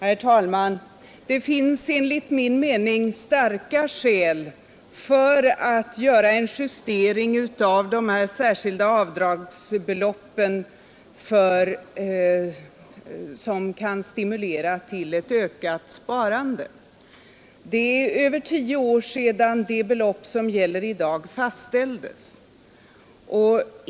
Herr talman! Det finns enligt min mening starka skäl för att göra en justering av de särskilda avdragsbelopp som kan stimulera till ett ökat sparande. Det är över tio år sedan de belopp som gäller i dag fastställdes.